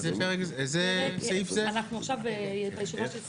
פרק כ"ד